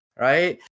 right